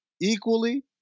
equally